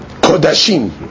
kodashim